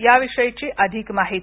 याविषयीची अधिक माहिती